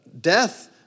death